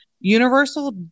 Universal